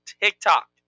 tiktok